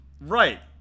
Right